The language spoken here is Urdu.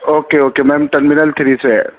okay okay ma'am terminal three سے ہے